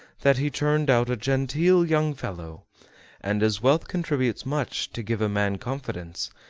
that he turned out a genteel young fellow and, as wealth contributes much to give a man confidence,